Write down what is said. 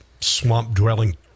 swamp-dwelling